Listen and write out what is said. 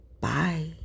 Bye